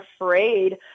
afraid